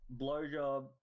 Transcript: blowjob